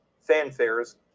fanfares